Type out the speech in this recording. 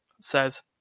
says